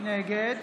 נגד